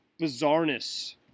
bizarreness